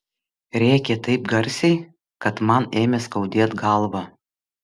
rėkė taip garsiai kad man ėmė skaudėt galvą